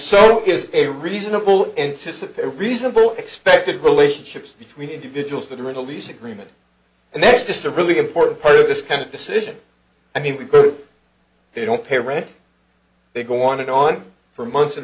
so is a reasonable and disappear reasonable expected relationships between individuals that are in a lease agreement and that's just a really important part of this kind of decision i mean they don't pay rent they go on and on for months and